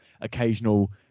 occasional